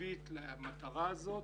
תקציבית למטרה הזאת,